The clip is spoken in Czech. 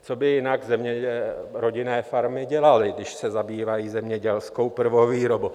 Co by jinak rodinné farmy dělaly, když se zabývají zemědělskou prvovýrobou?